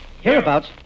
hereabouts